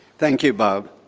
thank you, bob.